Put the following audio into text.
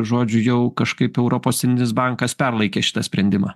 žodžiu jau kažkaip europos centrinis bankas perlaikė šitą sprendimą